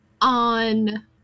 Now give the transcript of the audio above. On